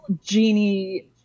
genie